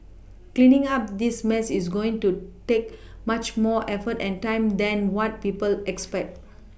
cleaning up this mess is going to take much more effort and time than what people expect